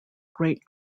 great